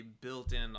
built-in